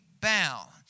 bound